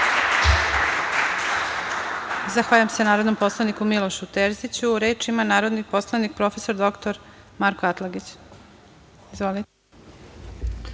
Zahvaljujem se narodnom poslaniku Milošu Terziću. Reč ima narodni poslanik prof. dr Marko Atlagić. Izvolite.